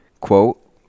Quote